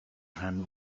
rhan